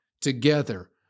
together